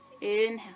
Inhale